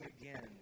again